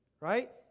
right